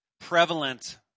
prevalent